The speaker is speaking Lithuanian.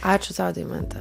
ačiū tau deimante